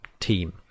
Team